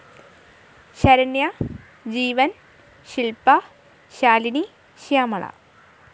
Saranya Jeevan Shilpa Shalini Shyamala